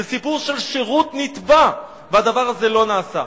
זה סיפור של שירות נתבע, והדבר הזה לא נעשה.